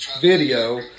video